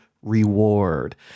reward